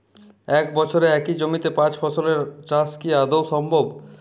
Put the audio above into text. এক বছরে একই জমিতে পাঁচ ফসলের চাষ কি আদৌ সম্ভব?